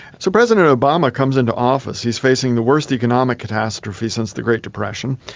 so president obama comes into office, he is facing the worst economic catastrophe since the great depression,